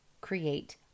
create